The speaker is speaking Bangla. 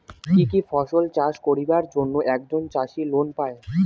কি কি ফসল চাষ করিবার জন্যে একজন চাষী লোন পায়?